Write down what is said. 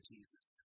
Jesus